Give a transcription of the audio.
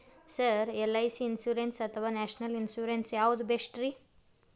Sir LIC insurance ಅಥವಾ national insurance ಯಾವುದು ಬೆಸ್ಟ್ರಿ?